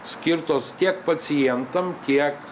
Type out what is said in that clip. skirtos tiek pacientam tiek